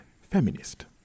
feminist